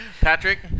Patrick